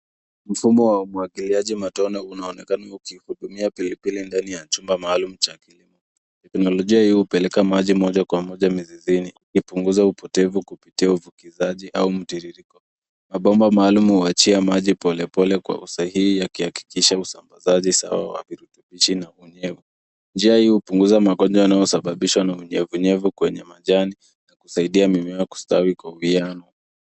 Mfumo wa umwagiliaji matone unaonekana ukihudumia pilipili ndani ya chumba maalum cha kilimo. Teknolojia hii hupeleka maji moja kwa moja mizizini ikupunguza upotevu kupitia uvukizaji au mtiririko. Mabomba maalum huachia maji polepole na kwa usahihi yakihakikisha usambazaji sawa wa virutubishi na unyevu. Njia hii hupunguza magonjwa yanayosababishwa na unyevunyevu kwenye majani na kusaidia mimea kustawi kwa uwiyano.